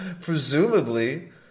presumably